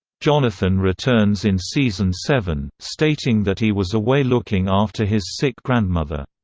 jonathan returns in season seven, stating that he was away looking after his sick grandmother.